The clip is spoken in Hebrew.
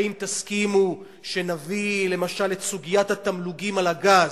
האם תסכימו שנביא למשל את סוגיית התמלוגים על הגז,